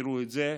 תזכרו את זה,